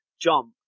jump